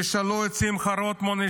תשאלו את שמחה רוטמן,